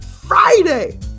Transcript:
friday